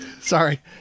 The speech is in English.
Sorry